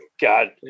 god